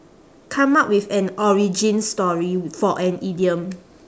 come up with an origin story for an idiom